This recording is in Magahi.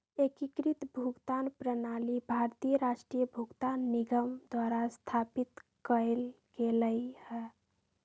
एकीकृत भुगतान प्रणाली भारतीय राष्ट्रीय भुगतान निगम द्वारा स्थापित कएल गेलइ ह